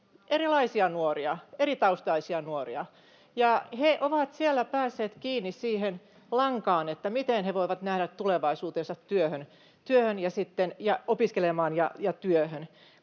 erilaisia nuoria, eritaustaisia nuoria, ja he ovat siellä päässeet kiinni siihen lankaan, miten he voivat nähdä tulevaisuutensa, päästä opiskelemaan ja sitten